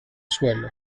suelo